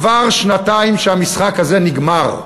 כבר שנתיים שהמשחק הזה נגמר.